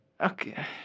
Okay